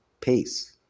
Peace